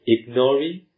Ignoring